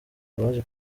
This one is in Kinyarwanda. abaje